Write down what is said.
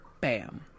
Bam